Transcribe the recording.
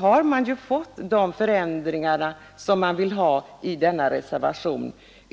har man ju ändå fått igenom de förändringar som föreslås i reservationen 1.